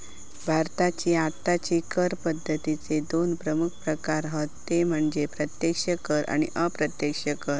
भारताची आत्ताची कर पद्दतीचे दोन प्रमुख प्रकार हत ते म्हणजे प्रत्यक्ष कर आणि अप्रत्यक्ष कर